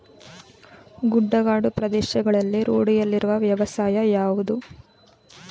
ಗುಡ್ಡಗಾಡು ಪ್ರದೇಶಗಳಲ್ಲಿ ರೂಢಿಯಲ್ಲಿರುವ ವ್ಯವಸಾಯ ಯಾವುದು?